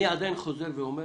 אני עדיין חוזר ואומר